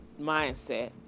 mindset